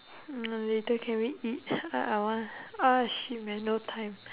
mm later can we eat what I want ah shit man no time